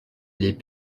les